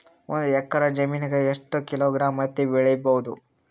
ಒಂದ್ ಎಕ್ಕರ ಜಮೀನಗ ಎಷ್ಟು ಕಿಲೋಗ್ರಾಂ ಹತ್ತಿ ಬೆಳಿ ಬಹುದು?